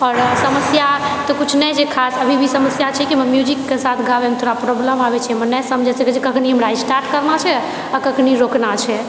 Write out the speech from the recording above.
आओर समस्या तऽ किछु नहि छै खास अभी भी समस्या छैकि हमरा म्यूजिकके साथ गाबैमे थोड़ा प्रॉब्लम आबैत छै नहि समझि सकैत छी कखनि हमरा स्टार्ट करना छै आ कखनि रोकना छै